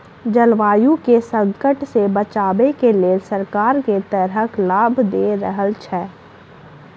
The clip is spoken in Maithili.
जलवायु केँ संकट सऽ बचाबै केँ लेल सरकार केँ तरहक लाभ दऽ रहल छै?